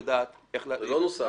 זה לא נוסף.